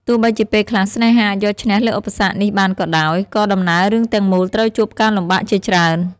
ទោះបីជាពេលខ្លះស្នេហាអាចយកឈ្នះលើឧបសគ្គនេះបានក៏ដោយ ក៏ដំណើររឿងទាំងមូលត្រូវជួបការលំបាកជាច្រើន។